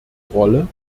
rolle